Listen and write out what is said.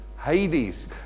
Hades